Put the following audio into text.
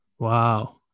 Wow